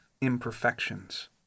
imperfections